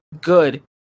good